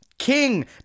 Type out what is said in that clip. King